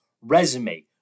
resume